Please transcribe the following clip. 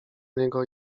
niego